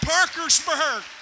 Parkersburg